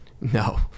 No